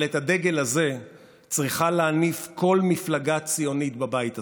אבל את הדגל הזה צריכה להניף כל מפלגה ציונית בבית הזה.